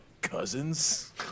cousins